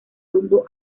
rumbo